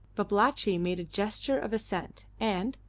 babalatchi made a gesture of assent, and,